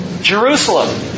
Jerusalem